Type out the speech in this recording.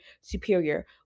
superior